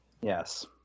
Yes